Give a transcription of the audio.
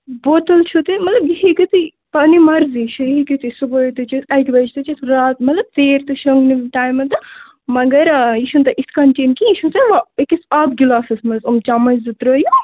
بوتل چھُو تۄہہِ مطلب یہِ ہیٚکِو تُہۍ پنٕنہِ مَرضی چھِ یہِ ہیٚکِو تُہۍ صُبحٲے تہِ چٮ۪تھ اَکہِ بَجہٕ تہِ چٮ۪تھ رات مطلب ژیٖرۍ تہِ شۄنٛگنٕکۍ ٹایمہٕ تہٕ مگر یہِ چھِنہٕ تۄہہِ یِتھٕ کٔنۍ چیٚنۍ کیٚنٛہہ یہِ چھُو تۄہہِ ہُہ أکِس آبہٕ گِلاسَس منٛز یِم چَمچ زٕ ترٛٲوِو